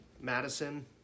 Madison